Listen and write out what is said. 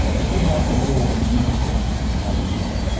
this is like a little miracle that you can hold in your fingers.